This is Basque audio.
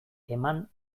eman